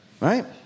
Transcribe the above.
Right